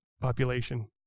population